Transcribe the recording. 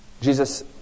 Jesus